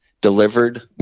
delivered